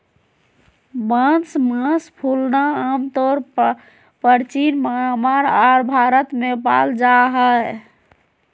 बांस मास फूलना आमतौर परचीन म्यांमार आर भारत में पाल जा हइ